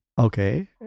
Okay